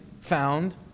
found